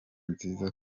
nziza